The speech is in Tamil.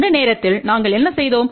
இந்த நேரத்தில் நாங்கள் என்ன செய்தோம்